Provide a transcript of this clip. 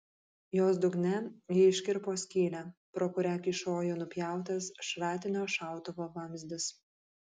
jos dugne ji iškirpo skylę pro kurią kyšojo nupjautas šratinio šautuvo vamzdis